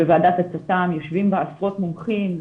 יושבים בה עשרות מומחים.